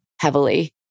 heavily